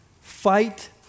fight